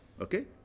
Okay